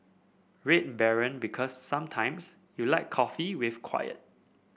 Red Baron Because sometimes you like coffee with quiet